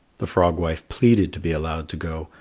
the frog-wife pleaded to be allowed to go,